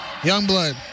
Youngblood